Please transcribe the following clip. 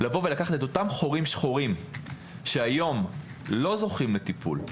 לקחת את אותם חורים שחורים שהיום לא זוכים לטיפול,